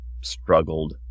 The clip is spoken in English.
struggled